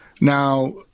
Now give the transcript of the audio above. Now